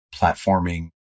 platforming